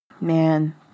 Man